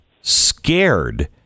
scared